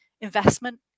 investment